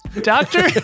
doctor